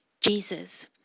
Jesus